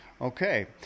Okay